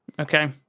Okay